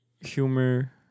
humor